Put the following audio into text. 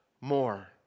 more